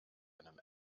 einem